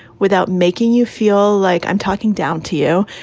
without making you feel like i'm talking down to you,